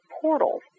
portals